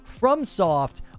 FromSoft